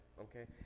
okay